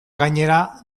gainera